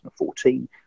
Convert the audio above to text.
2014